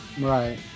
Right